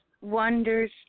Wonders